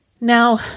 Now